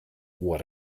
what